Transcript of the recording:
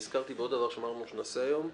נזכרתי בעוד דבר שאמרנו שנעשה היום,